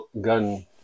gun